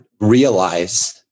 realize